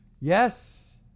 Yes